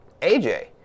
AJ